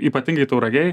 ypatingai tauragėj